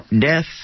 Death